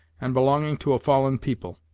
and belonging to a fallen people.